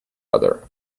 other